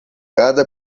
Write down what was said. cada